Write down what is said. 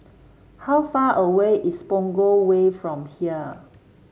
how far away is Punggol Way from here